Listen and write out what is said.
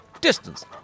distance